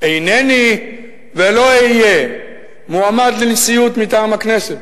אינני ולא אהיה מועמד לנשיאות מטעם הכנסת,